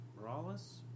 Morales